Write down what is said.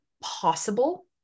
possible